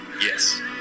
yes